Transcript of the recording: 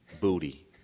booty